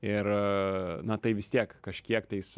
ir na tai vis tiek kažkiek tais